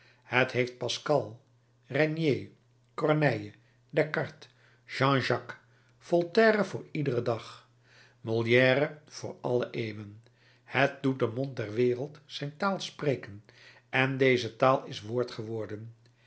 het heeft pascal regnier corneille descartes jean jacques voltaire voor iederen dag molière voor alle eeuwen het doet den mond der wereld zijn taal spreken en deze taal is woord geworden